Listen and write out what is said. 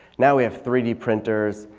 now we have three d printers,